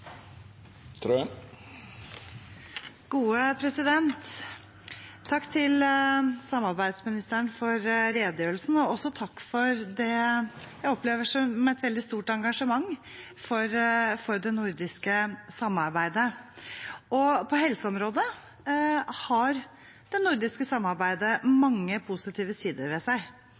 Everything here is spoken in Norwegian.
til samarbeidsministeren for redegjørelsen, og også takk for det jeg opplever som et veldig stort engasjement for det nordiske samarbeidet. På helseområdet har det nordiske samarbeidet mange positive sider ved seg.